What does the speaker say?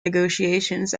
negotiations